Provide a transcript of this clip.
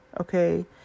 okay